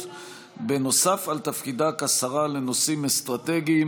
נוסף על תפקידה כשרה לנושאים אסטרטגיים.